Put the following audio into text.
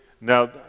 Now